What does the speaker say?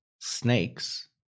snakes